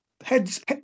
heads